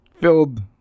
filled